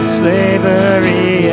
slavery